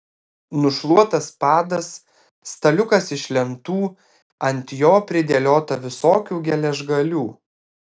nušluotas padas staliukas iš lentų ant jo pridėliota visokių geležgalių